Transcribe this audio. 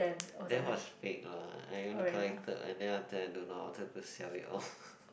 that was fake lah I only collected and then after I don't know wanted to sell it off